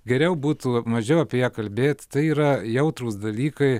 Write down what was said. geriau būtų mažiau apie ją kalbėti tai yra jautrūs dalykai